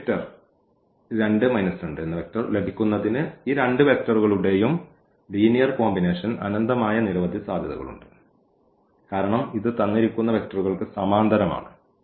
ഈ വെക്റ്റർ 2 2 ലഭിക്കുന്നതിന് ഈ രണ്ട് വെക്റ്ററുകളുടെയും ഈ ലീനിയർ കോമ്പിനേഷൻ അനന്തമായ നിരവധി സാധ്യതകളുണ്ട് കാരണം ഇത് തന്നിരിക്കുന്ന വെക്ടറുകൾക്ക് സമാന്തരമാണ്